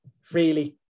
freely